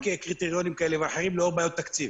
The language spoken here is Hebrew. קריטריונים כאלה ואחרים לאור בעיות תקציב.